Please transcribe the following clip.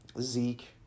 Zeke